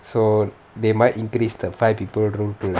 so they might increase the five people rule to